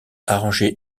arrangé